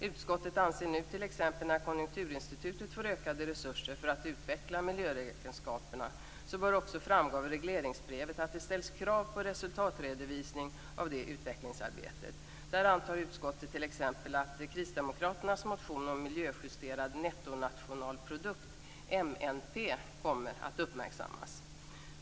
Utskottet anser att det nu när Konjunkturinstitutet får ökade resurser för att utveckla miljöräkenskaperna också bör framgå av regleringsbrevet att det ställs krav på resultatredovisning av det utvecklingsarbetet. Där antar utskottet t.ex. att Kristdemokraternas motion om miljöjusterad nettonationalprodukt, MNP, kommer att uppmärksammas.